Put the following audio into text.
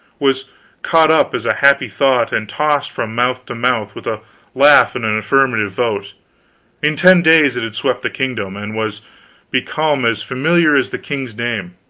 was caught up as a happy thought and tossed from mouth to mouth with a laugh and an affirmative vote in ten days it had swept the kingdom, and was become as familiar as the king's name.